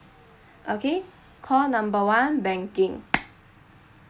okay call number one banking